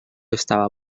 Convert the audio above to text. estava